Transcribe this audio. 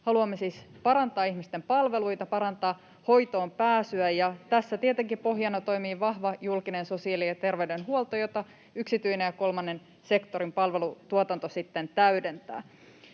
haluamme siis parantaa ihmisten palveluita, parantaa hoitoonpääsyä, ja tässä tietenkin pohjana toimii vahva julkinen sosiaali- ja terveydenhuolto, [Sari Sarkomaan välihuuto] jota yksityinen ja kolmannen sektorin palvelutuotanto sitten täydentävät.